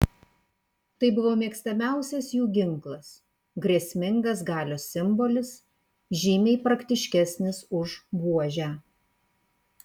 tai buvo mėgstamiausias jų ginklas grėsmingas galios simbolis žymiai praktiškesnis už buožę